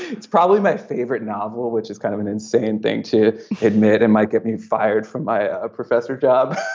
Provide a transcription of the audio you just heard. it's probably my favorite novel which is kind of an insane thing to admit and might get me fired from my ah professor job